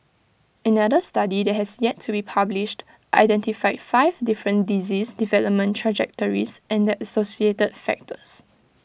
another study that has yet to be published identified five different disease development trajectories and the associated factors